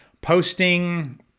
posting